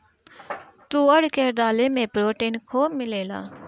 तुअर के दाली में प्रोटीन खूब मिलेला